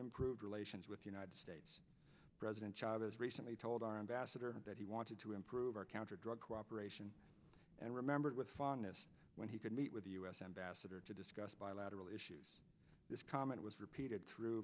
improved relations with united states president chavez recently told our ambassador that he wanted to improve our counter drug cooperation and remembered with fondness when he could meet with the u s ambassador to discuss bilateral issues this comment was repeated through